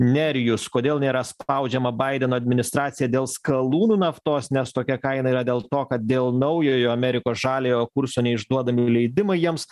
nerijus kodėl nėra spaudžiama baideno administracija dėl skalūnų naftos nes tokia kaina yra dėl to kad dėl naujojo amerikos žaliojo kurso neišduodami leidimai jiems